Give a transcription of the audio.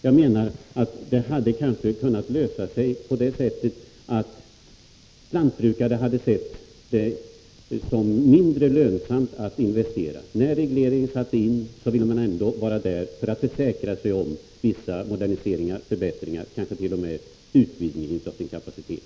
Jag menar att problemet kanske hade kunnat lösas på det sättet att jordbrukarna hade betraktat det som mindre lönsamt att investera. I och med att regleringen skulle införas ville de försäkra sig om vissa moderniseringar och förbättringar, ja, kanske t.o.m. om en utvidgning av sin kapacitet.